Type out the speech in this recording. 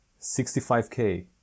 65k